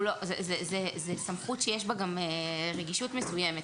זה סמכות שיש בה גם רגישות מסוימת,